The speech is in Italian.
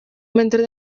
mentre